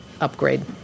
upgrade